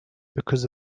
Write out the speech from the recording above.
because